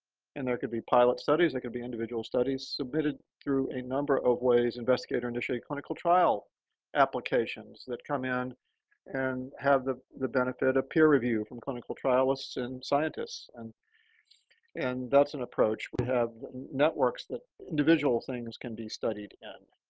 and there could be pilot studies, there could be individual studies submitted through a number of ways, investigator-initiated clinical trial applications that come in and have the the benefit of peer review from clinical trialists and scientists. and and that's an approach. we have networks that individual things can be studied in.